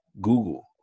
Google